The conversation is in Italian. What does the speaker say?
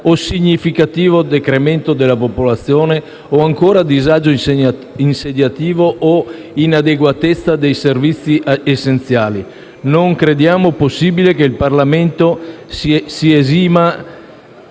«significativo decremento della popolazione» o «disagio insediativo» o «inadeguatezza dei servizi essenziali»? Non crediamo possibile che il Parlamento si esima,